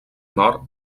nord